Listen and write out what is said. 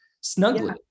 snugly